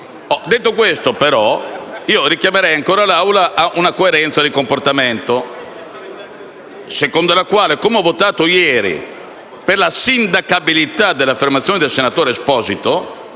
Detto questo, però, richiamerei l'Assemblea a una coerenza di comportamento, secondo la quale, come ha votato ieri per l'insindacabilità delle affermazioni del senatore Stefano